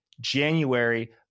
January